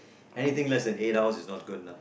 anything less than eight hours is not good enough